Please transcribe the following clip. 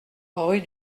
rue